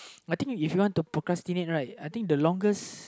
I think if you want to procrastinate right I think the longest